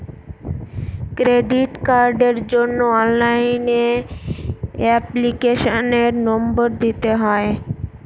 credit কার্ডের জন্য অনলাইনে এপ্লিকেশনের নম্বর দিতে হয়